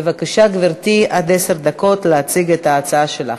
בבקשה, גברתי, עד עשר דקות להציג את ההצעה שלך.